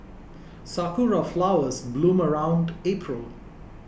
sakura flowers bloom around April